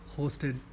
hosted